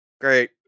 great